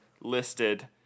listed